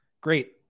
great